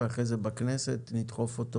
ואחרי זה בכנסת נדחוף אותו